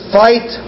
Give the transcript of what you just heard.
fight